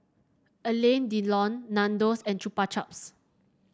Alain Delon Nandos and Chupa Chups